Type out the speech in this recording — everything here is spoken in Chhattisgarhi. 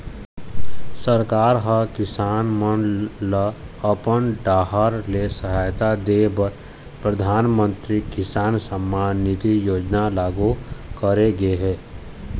सरकार ह किसान मन ल अपन डाहर ले सहायता दे बर परधानमंतरी किसान सम्मान निधि योजना लागू करे गे हे